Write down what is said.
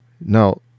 Now